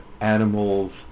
animals